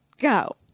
Go